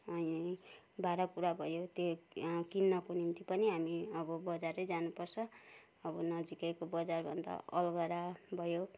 भाँडाकुँडा भयो त्यो किन्नको निम्ति पनि हामी अब बजारै जानुपर्छ अब नजिकैको बजार भन्दा अलगढा भयो